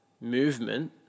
movement